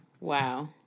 Wow